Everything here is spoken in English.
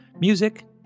music